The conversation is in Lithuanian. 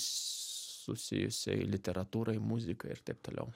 susijusiai literatūrai muzikai ir taip toliau